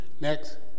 Next